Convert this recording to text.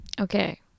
Okay